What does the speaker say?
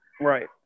Right